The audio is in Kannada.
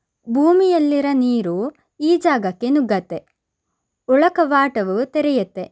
ಭೂಮಿಯಲ್ಲಿರೋ ನೀರು ಈ ಜಾಗಕ್ಕೆ ನುಗ್ಗತ್ತೆ ಒಳ ಕವಾಟವು ತೆರೆಯತ್ತೆ